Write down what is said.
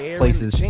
places